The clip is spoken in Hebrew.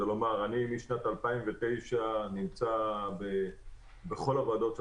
יוצא כדי לומר שמשנת 2009 אני נמצא בכל הוועדות של